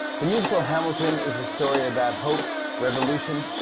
the musical hamilton is a story about hope, revolution,